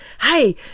hey